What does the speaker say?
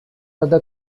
other